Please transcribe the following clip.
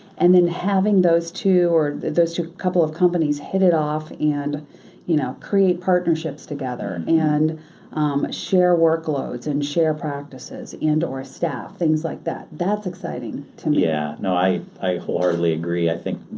and then having those two or those two couple of companies hit it off and you know create partnerships together and share workloads, and share practices and or staff, things like that. that's exciting to me. yeah, no, i i wholeheartedly agree. i think,